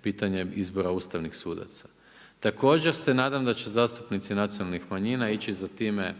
pitanje izbora ustavnih sudaca. Također se nadam da će zastupnici Nacionalnih manjina ići za time